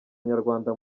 nyarwanda